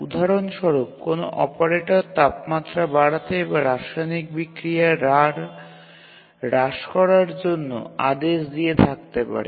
উদাহরণ স্বরূপ কোনও অপারেটর তাপমাত্রা বাড়াতে বা রাসায়নিক বিক্রিয়ার হার হ্রাস করার জন্য আদেশ দিয়ে থাকতে পারে